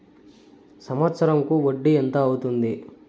సంవత్సరం కు వడ్డీ ఎంత అవుతుంది?